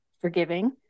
forgiving